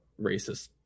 racist